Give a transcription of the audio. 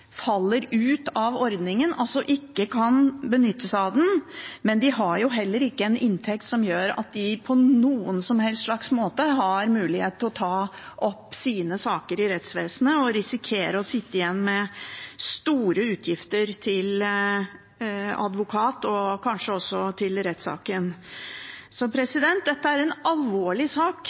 faller ut av ordningen, altså som ikke kan benytte seg av den, men de har jo heller ikke en inntekt som gjør at de på noen som helst slags måte har mulighet til å kunne ta opp sine saker i rettsvesenet – og risikere å sitte igjen med store utgifter til advokat og kanskje også til rettssaken. Så dette er en alvorlig sak